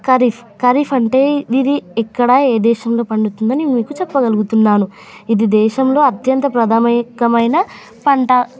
ఖరీఫ్ ఖరీఫ్ అంటే ఇది ఇక్కడ ఏ దేశంలో పండుతుందని మీకు చెప్పగలుగుతున్నాను ఇది దేశంలో అత్యంత ప్రధానమైన పంట